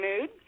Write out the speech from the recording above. mood